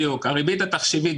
הריבית התחשיבית.